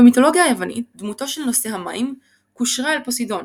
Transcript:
במיתולוגיה היוונית דמותו של נושא המים קושרה אל פוסידון,